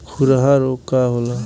खुरहा रोग का होला?